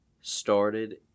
started